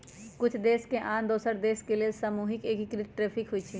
कुछ देश के आन दोसर देश के लेल सामूहिक एकीकृत टैरिफ होइ छइ